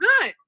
good